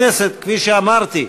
חברי הכנסת, כפי שאמרתי,